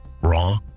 raw